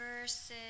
verses